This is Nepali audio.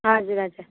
हजुर हजुर